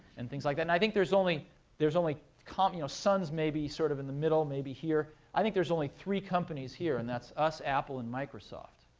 and things like that. and i think there's only there's only you know, suns maybe, sort of, in the middle, maybe here. i think there's only three companies here, and that's us, apple, and microsoft,